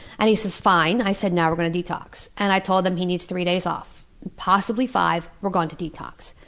and he says, fine. i said, now we're going to detox. and i told him he needs three days off, possibly five we're going to detox.